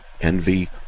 envy